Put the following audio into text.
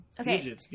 Okay